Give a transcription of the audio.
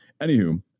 Anywho